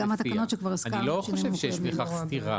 אני לא חושב שיש בכך סתירה.